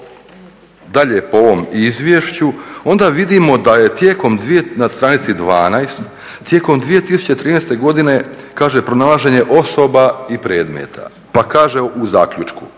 dalje po ovom izvješću onda vidimo da je tijekom, na stranici 12 tijekom 2013. godine kaže pronalaženje osoba i predmeta. Pa kaže u zaključku,